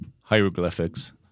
hieroglyphics